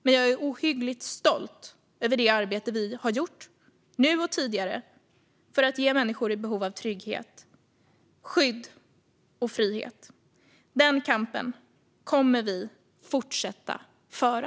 Men jag är ohyggligt stolt över det arbete vi har gjort, nu och tidigare, för att ge människor, som är i behov av det, trygghet, skydd och frihet. Den kampen kommer vi att fortsätta föra.